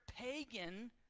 pagan